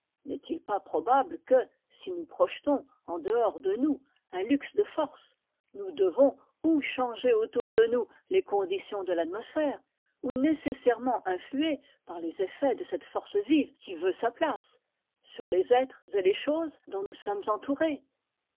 n'est-il pas probable que si nous projetons en dehors de nous un luxe de force nous devons ou changer autour de nous les conditions de l'atmosphère ou nécessairement influer par les effets de cette force vive qui veut sa place sur les êtres et les choses dont nous sommes entourés